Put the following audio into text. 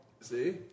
See